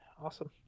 Awesome